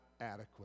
adequate